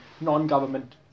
non-government